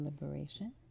liberation